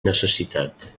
necessitat